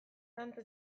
dantza